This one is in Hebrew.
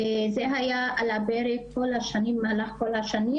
וזה היה על הפרק במהלך כל השנים,